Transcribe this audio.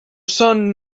son